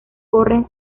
corren